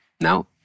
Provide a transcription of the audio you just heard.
Now